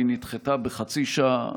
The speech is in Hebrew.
והיא נדחתה בחצי שעה,